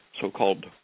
so-called